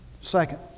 Second